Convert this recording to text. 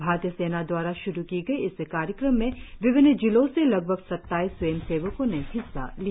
भारतीय सेना दवारा श्रु की गई इस कार्यक्रम में विभिन्न जिलों से लगभग सत्ताईस स्वयं सेवको ने हिस्सा लिया